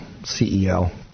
CEO